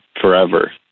forever